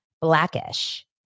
Blackish